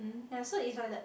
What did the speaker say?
ya so is like the